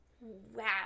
Wow